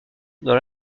dans